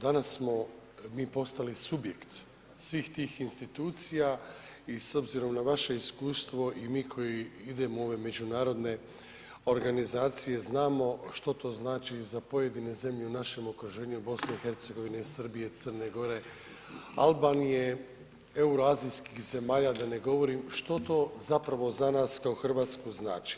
Danas smo mi postali subjekt svih tih institucija i s obzirom na vaše iskustvo i mi koji idemo u ove međunarodne organizacije znamo što to znači za pojedine zemlje u našem okruženju od BiH, Srbije, Crne Gore, Albanije, euroazijskih zemalja, da ne govorim što to zapravo za nas kao Hrvatsku znači.